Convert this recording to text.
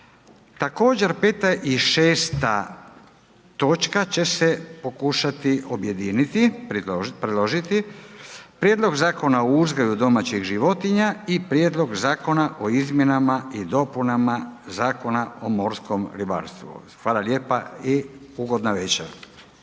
Također 5. i 6. točka će se pokušati objediniti, predložiti, Prijedlog zakona o uzgoju domaćih životinja i Prijedlog zakona o Izmjenama i dopunama Zakona o morskom ribarstvu. Hvala lijepa i ugodna večer.